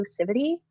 inclusivity